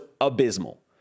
abysmal